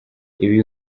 ibi